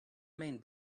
main